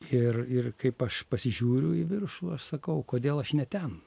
ir ir kaip aš pasižiūriu į viršų aš sakau kodėl aš ne ten